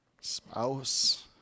spouse